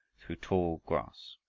through tall grass.